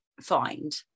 find